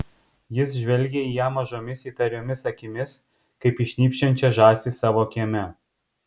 jis žvelgė į ją mažomis įtariomis akimis kaip į šnypščiančią žąsį savo kieme